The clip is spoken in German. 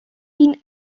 ihn